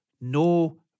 No